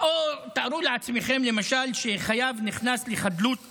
תארו לעצמכם, למשל, שחייב נכנס לחדלות פירעון,